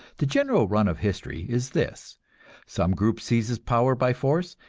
the general run of history is this some group seizes power by force,